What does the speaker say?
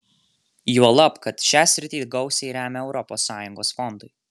juolab kad šią sritį gausiai remia europos sąjungos fondai